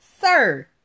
sir